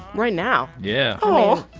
right now yeah aw,